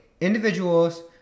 individuals